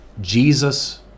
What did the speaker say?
Jesus